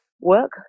work